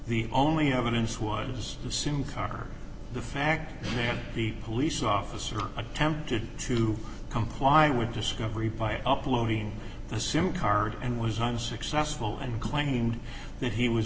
the only evidence one is the sim card or the fact that the police officer attempted to comply with discovery by uploading the sim card and was unsuccessful and claimed that he was